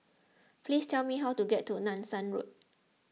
please tell me how to get to Nanson Road